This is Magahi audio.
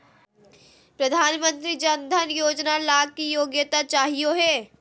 प्रधानमंत्री जन धन योजना ला की योग्यता चाहियो हे?